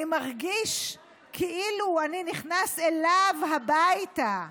אני מרגיש כאילו אני נכנס אליו הביתה,